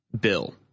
bill